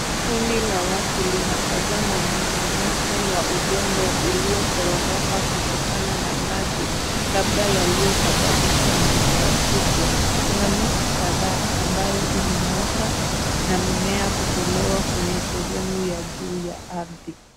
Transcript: Kundi la watu linatazama mmomonyoko wa udongo ulioporomoka kutokana na maji labda yaliyosababishwa na mvua kubwa. Kuna miti kadhaa ambayo imeng'oka na mimea kadhaa kutolewa sehemu ya juu ya